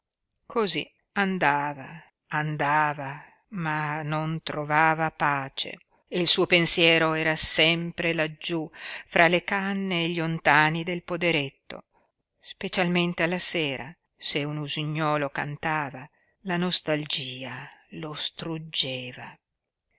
cosí andava andava ma non trovava pace e il suo pensiero era sempre laggiú fra le canne e gli ontani del poderetto specialmente alla sera se un usignuolo cantava la nostalgia lo struggeva